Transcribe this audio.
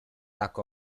tak